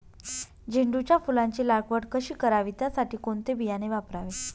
झेंडूच्या फुलांची लागवड कधी करावी? त्यासाठी कोणते बियाणे वापरावे?